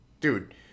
Dude